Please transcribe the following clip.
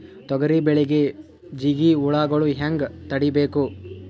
ತೊಗರಿ ಬೆಳೆಗೆ ಜಿಗಿ ಹುಳುಗಳು ಹ್ಯಾಂಗ್ ತಡೀಬೇಕು?